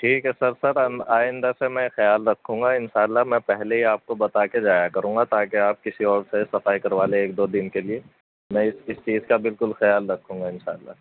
ٹھیک ہے sir sir آئندہ سے میں خیال رکھوں گا اِنشاء اللہ میں پہلے ہی آپ کو بتا کے جایا کروں گا تاکہ آپ کسی اور سے صفائی کروا لے ایک دو دِن کے لیے میں اِس چیز کا بالکل خیال رکھوں گا اِنشاء اللہ